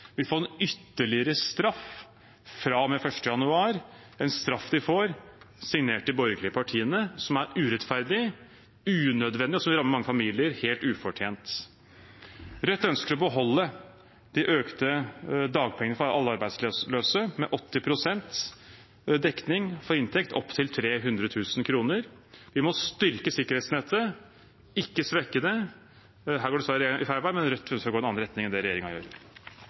ytterligere straff fra og med 1. januar – en straff signert de borgerlige partiene, som er urettferdig, unødvendig, og som vil ramme mange familier helt ufortjent. Rødt ønsker å beholde de økte dagpengene for alle arbeidsløse med 80 pst. dekning for inntekt opp til 300 000 kr. Vi må styrke sikkerhetsnettet, ikke svekke det. Her går dessverre regjeringen feil vei, men Rødt ønsker å gå i en annen retning enn det regjeringen gjør.